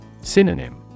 Synonym